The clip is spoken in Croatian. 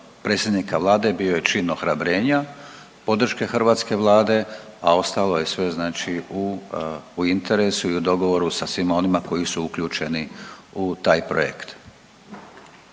predsjednika Vlade bio je čin ohrabrenja, podrške hrvatske Vlade, a ostalo je sve znači u interesu i u dogovoru sa svima onima koji su uključeni u taj projekt.